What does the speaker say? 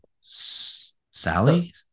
sally